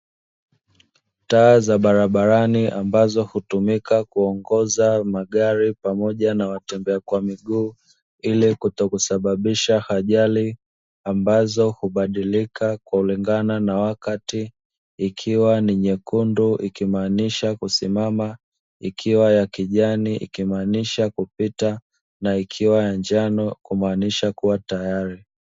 Taa za barabarani ambazo hutumika kuongoza magari pamoja na watembea kwa miguu, ili kutokusababisha ajali ambazo hubadilika kulingana na wakati ikiwa ni nyekundu ikimaanisha kusimama, ikiwa ya kijani ikimaanisha kupita na ikiwa ya njano kumaanisha kuwa tayari.